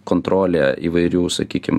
kontrolė įvairių sakykim